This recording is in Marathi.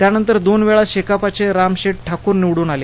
त्यानंतर दोनवेळा शेकापचे रामशेठ ठाकूर निवडून आले